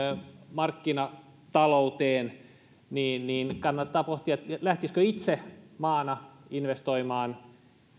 markkinatalouteen kannattaa pohtia lähtisikö itse maana investoimaan